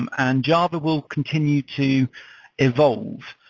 and and java will continue to evolve.